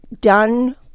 done